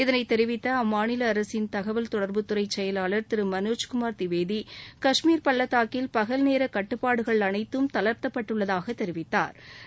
இதனை தெரிவித்த அம்மாநில அரசின் தகவல் தொடர்பு துறை செயலர் திரு மனோஜ்குமார் திவேதி காஷ்மீர் பள்ளத்தாக்கில் பகல் நேர கட்டுப்பாடுகள் அனைத்தும் தளா்த்தப்பட்டுள்ளதாக தெரிவித்தாா்